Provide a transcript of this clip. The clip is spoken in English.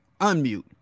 Unmute